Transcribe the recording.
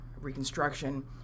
reconstruction